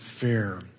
fair